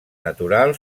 natural